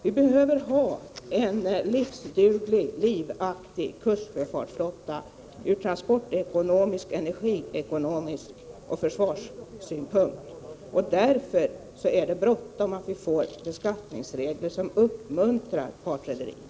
Vi behöver ha en livsduglig, livaktig kustsjöfartsflotta från såväl transportekonomisk och energiekonomisk synpunkt som från försvarssynpunkt. Därför är det bråttom att vi får beskattningsregler som uppmuntrar partrederierna.